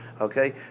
Okay